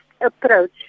approach